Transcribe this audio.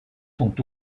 sont